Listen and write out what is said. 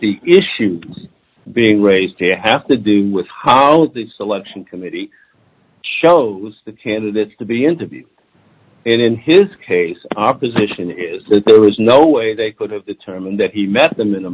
the issue being raised they have to do with how the selection committee shows the candidates to be interviewed and in his case our position is that there was no way they could have determined that he met them in the